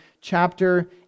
chapter